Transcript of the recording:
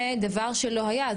זה דבר שלא היה.